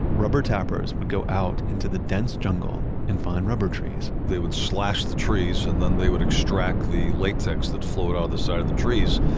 rubber tappers would go out into the dense jungle and find rubber trees they would slash the trees and then they would extract the latex that flowed out of the side of the trees.